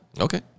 Okay